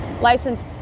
License